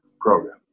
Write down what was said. program